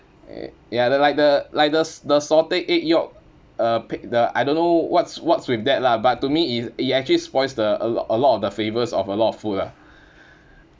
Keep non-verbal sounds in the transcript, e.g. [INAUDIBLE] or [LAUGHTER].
eh ya the like the like the s~ the salted egg yolk uh pick~ the I don't know what's what's with that lah but to me it it actually spoils the a lot a lot of the flavours of a lot of food ah [BREATH]